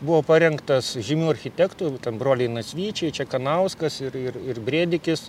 buvo parengtas žymių architektų ten broliai nasvyčiai čekanauskas ir ir ir brėdikis